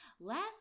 Last